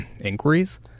inquiries